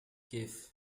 gave